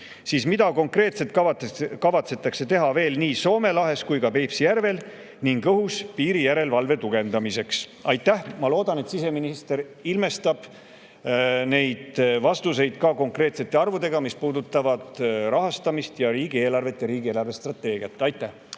siis mida konkreetselt kavatsetakse teha veel nii Soome lahes kui ka Peipsi järvel ning õhus piiri järelevalve tugevdamiseks? Ma loodan, et siseminister ilmestab neid vastuseid ka konkreetsete arvudega, mis puudutavad rahastamist ja riigieelarvet ja riigi eelarvestrateegiat. Aitäh!